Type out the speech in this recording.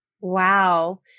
Wow